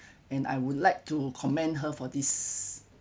and I would like to commend her for this